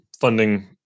funding